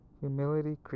humility